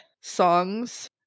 songs